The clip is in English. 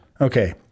Okay